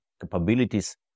capabilities